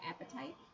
appetite